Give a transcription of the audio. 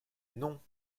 non